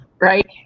right